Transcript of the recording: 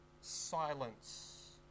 silence